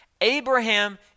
Abraham